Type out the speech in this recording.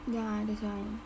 ya that's why